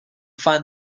find